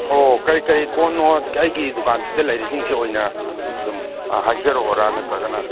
ꯑꯣ ꯀꯔꯤ ꯀꯔꯤ ꯀꯣꯟꯅꯣ ꯑꯩꯒꯤ ꯗꯨꯀꯥꯟꯁꯤꯗ ꯂꯩꯔꯤꯁꯤꯡꯁꯦ ꯑꯣꯏꯅ ꯑꯗꯨꯝ ꯍꯥꯏꯖꯔꯛꯑꯣꯔ ꯅꯠꯇ꯭ꯔꯒꯅ